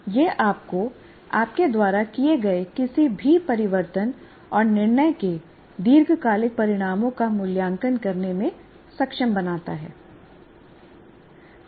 यह आपको आपके द्वारा किए गए किसी भी परिवर्तन और निर्णय के दीर्घकालिक परिणामों का मूल्यांकन करने में सक्षम बनाता है